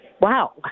Wow